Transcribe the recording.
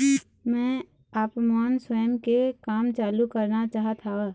मैं आपमन स्वयं के काम चालू करना चाहत हाव,